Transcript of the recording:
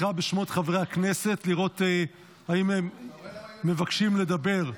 אקרא בשמות חברי הכנסת לראות אם מבקשים לדבר.